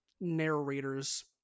narrator's